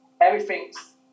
Everything's